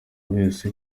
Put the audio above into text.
wese